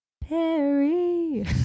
Perry